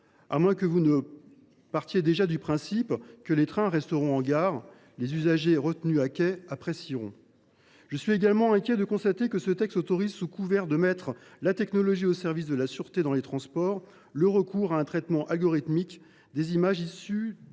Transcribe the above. À moins que vous ne partiez déjà du principe que les trains resteront en gare – les usagers retenus à quai apprécieront… Je suis également inquiet de constater que ce texte autorise, sous couvert de placer la technologie au service de la sûreté dans les transports, le recours à un traitement algorithmique des images issues